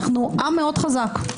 אנו עם מאוד חזק.